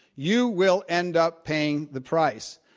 you will end up paying the price,